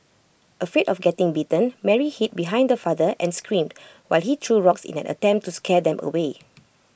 afraid of getting bitten Mary hid behind her father and screamed while he threw rocks in an attempt to scare them away